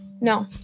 no